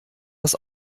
das